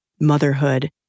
motherhood